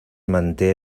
manté